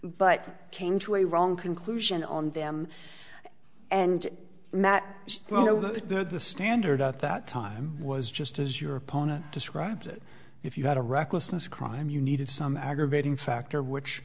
a wrong conclusion on them and matt the standard at that time was just as your opponent described it if you had a recklessness crime you needed some aggravating factor which